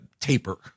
taper